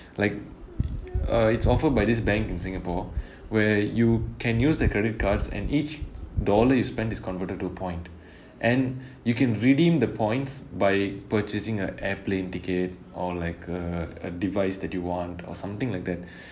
like uh it's offered by this bank in singapore where you can use their credit cards and each dollar you spend is converted to a point and you can redeem the points by purchasing a aeroplane ticket or like a a device that you want or something like that